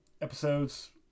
episodes